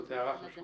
זו הערה חשובה.